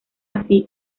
así